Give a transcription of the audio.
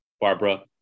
Barbara